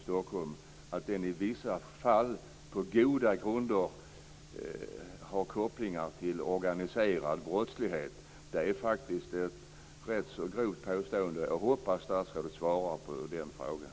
Stockholm i vissa fall har kopplingar till den organiserade brottsligheten? Det är ett grovt påstående. Jag hoppas att statsrådet svarar på den frågan.